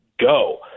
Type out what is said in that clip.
go